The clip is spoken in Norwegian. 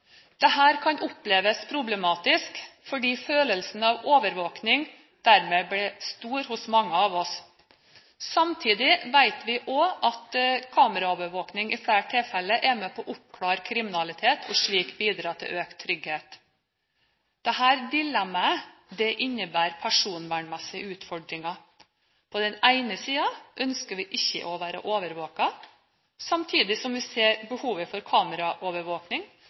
kan oppleves problematisk fordi følelsen av overvåkning dermed blir stor hos mange av oss. Samtidig vet vi også at kameraovervåking i flere tilfeller er med på å oppklare kriminalitet og slik bidra til økt trygghet. Dette dilemmaet innebærer personvernmessige utfordringer. På den ene siden ønsker vi ikke å være overvåket, samtidig som vi ser behovet for kameraovervåkning,